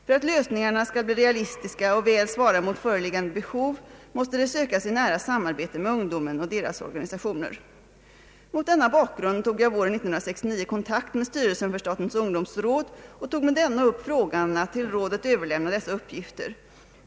För att lösningarna skall bli realistiska och väl svara mot föreliggande behov måste de sökas i nära samarbete med ungdomen och deras organisationer. Mot denna bakgrund tog jag våren 1969 kontakt med styrelsen för statens ungdomsråd och tog med denna upp frågan att till rådet överlämna dessa uppgifter.